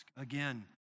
again